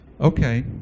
Okay